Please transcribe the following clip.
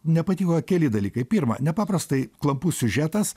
nepatiko keli dalykai pirma nepaprastai klampus siužetas